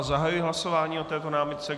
Zahajuji hlasování o této námitce.